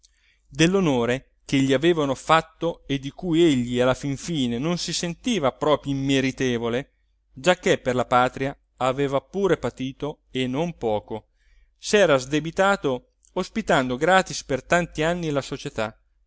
dell'onore che gli avevano fatto e di cui egli alla fin fine non si sentiva proprio immeritevole giacché per la patria aveva pure patito e non poco s'era sdebitato ospitando gratis per tanti anni la società